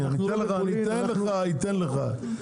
שיהיו --- נציג האוצר נמצא פה?